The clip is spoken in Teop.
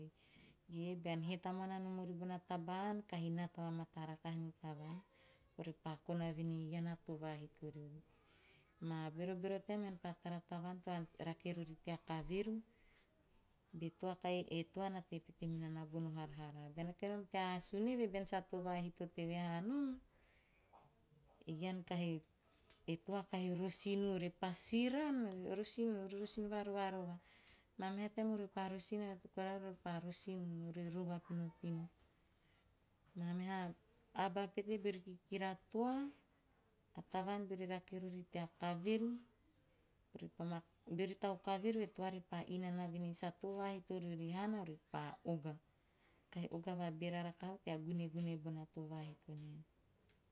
Ge bean hee tamuana riori bona taba ann kahi nata va mataa rakaha nikavuarn orepa kona voen ei ean a too vahito riori. Moa berobero taem ean pa tara tavaan to rake rori tea kaveru, be toa e toa na tei pete minana bono haraharaa. Bean rake nom tea asun eve bean sa too vahito teve hao nom, ean kahi, e toa kahi rosin u repa siran, rosin- rosin, va rovarova, repa rosin ore rova pinopino. Maa meha aba pete beori kikira toa, a tavaan beori rake rori tea kaveru, ore pa ma beari tau kaveru a toa repa inana voen ei sa too vahito riori haana ore pa oga. Kahi oga va beera rakaha nana tea gunegune bona too vahito nae.